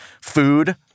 Food